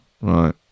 Right